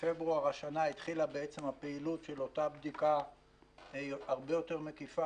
בפברואר השנה התחילה הפעילות של אותה בדיקה הרבה יותר מקיפה